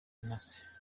intasi